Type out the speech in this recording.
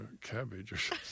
cabbage